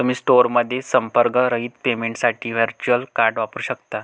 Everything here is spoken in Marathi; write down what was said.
तुम्ही स्टोअरमध्ये संपर्करहित पेमेंटसाठी व्हर्च्युअल कार्ड वापरू शकता